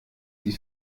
die